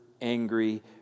angry